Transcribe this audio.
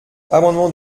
amendement